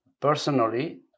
Personally